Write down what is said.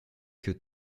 que